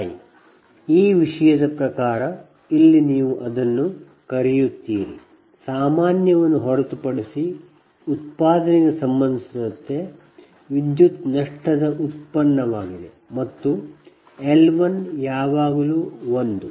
Li ಈ ವಿಷಯದ ಪ್ರಕಾರ ಇಲ್ಲಿ ನೀವು ಅದನ್ನು ಕರೆಯುತ್ತೀರಿ ಸಾಮಾನ್ಯವನ್ನು ಹೊರತುಪಡಿಸಿ ಉತ್ಪಾದನೆಗೆ ಸಂಬಂಧಿಸಿದಂತೆ ವಿದ್ಯುತ್ ನಷ್ಟದ ಉತ್ಪನ್ನವಾಗಿದೆ ಮತ್ತು L1 ಯಾವಾಗಲೂ 1